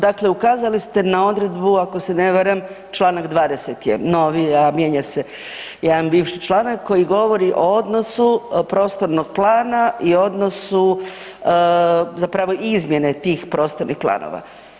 Dakle ukazali ste na odredbu, ako se ne varam, članak 20. je novi, a mijenja se jedan bivši članak koji govori o odnosu Prostornog plana i odnosu zapravo izmjene tih prostornih planova.